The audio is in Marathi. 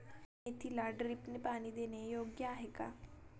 मेथीला ड्रिपने पाणी देणे योग्य आहे का?